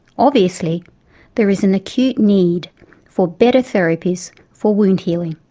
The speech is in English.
obviously there is an acute need for better therapies for wound healing.